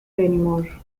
anymore